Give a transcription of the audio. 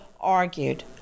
argued